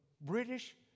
British